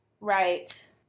Right